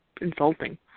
insulting